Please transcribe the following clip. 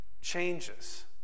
changes